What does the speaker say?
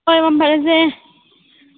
ꯍꯣꯏ ꯃꯪ ꯐꯔꯁꯦ